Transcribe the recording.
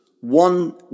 one